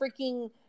freaking